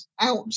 out